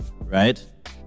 right